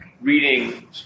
reading